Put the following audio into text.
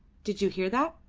did you hear that?